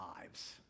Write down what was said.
lives